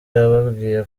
yababwiye